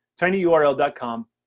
tinyurl.com